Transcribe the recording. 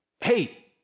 hey